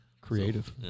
creative